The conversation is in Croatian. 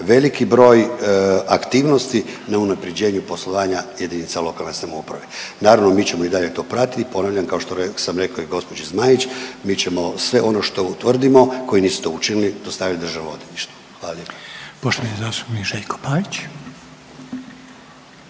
veliki broj aktivnosti na unaprjeđenju poslovanja JLS. Naravno, mi ćemo i dalje to pratiti, ponavljam kao što sam rekao i gđi. Zmaić, mi ćemo sve ono što utvrdimo koji nisu to učinili, dostavit Državnom odvjetništvu, hvala lijepa. **Reiner, Željko